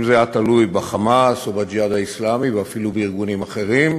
אם זה היה תלוי ב"חמאס" או ב"ג'יהאד האסלאמי" או אפילו בארגונים אחרים,